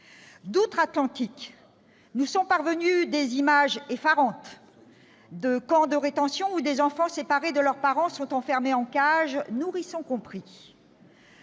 D'outre-Atlantique, nous sont parvenues des images effarantes de camps de rétention, où des enfants séparés de leurs parents sont enfermés en cage, nourrissons compris.